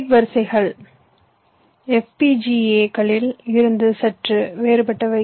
gate வரிசைகள் FPGA களில் இருந்து சற்று வேறுபட்டவை